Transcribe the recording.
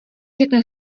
řekne